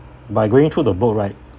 by going through the book right